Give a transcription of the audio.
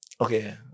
Okay